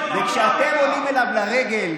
וכשאתם עולים אליו לרגל,